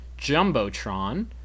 jumbotron